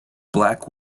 black